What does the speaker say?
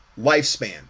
lifespan